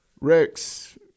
Rex